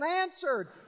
answered